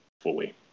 fully